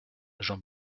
jean